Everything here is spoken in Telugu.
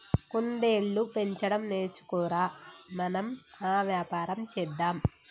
కుందేళ్లు పెంచడం నేర్చుకో ర, మనం ఆ వ్యాపారం చేద్దాం